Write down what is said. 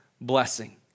blessing